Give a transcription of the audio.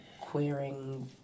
queering